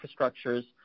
infrastructures